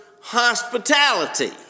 hospitality